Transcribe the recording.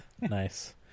Nice